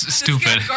stupid